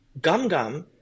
GumGum